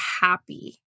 happy